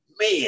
man